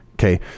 Okay